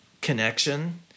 connection